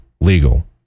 legal